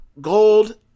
gold